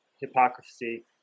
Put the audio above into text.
hypocrisy